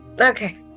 Okay